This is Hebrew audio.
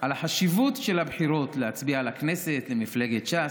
על החשיבות של הבחירות ולהצביע לכנסת למפלגת ש"ס.